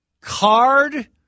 Card